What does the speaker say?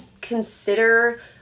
consider